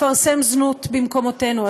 לפרסם זנות במקומותינו.